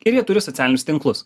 ir jie turi socialinius tinklus